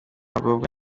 ngombwa